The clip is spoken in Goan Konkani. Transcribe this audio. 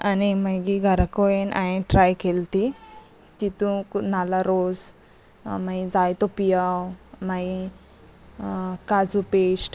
आनी मागीर घरा कडेन हांवें ट्राय केली ती तितू नाल्ला रोस मागीर जायतो पियाव मागी काजू पेश्ट